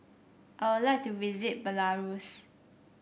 I would like to visit Belarus